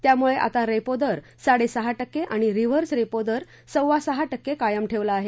त्यामुळे आता रेपो दर साडे सहा टक्के आणि रिव्हर्स रेपो दर सव्वा सहा टक्के कायम ठेवला आहे